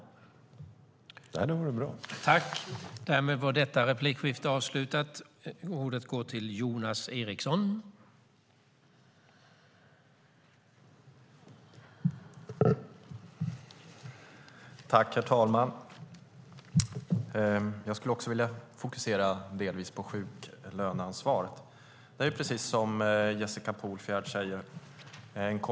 : Det hade varit bra.)